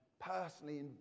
Personally